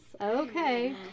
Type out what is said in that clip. Okay